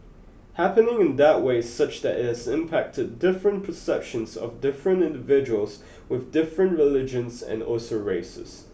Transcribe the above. happening in that way such that it has impacted different perceptions of different individuals with different religions and also races